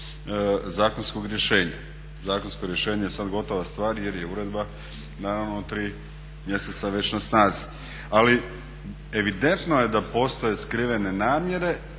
zakonskog rješenja. Zakonsko rješenje je sad gotova stvar jer je uredba naravno u tri mjeseca već na snazi, ali evidentno je da postoje skrivene namjere